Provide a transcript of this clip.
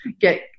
get